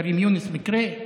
מקרה כרים יונס, מאהר,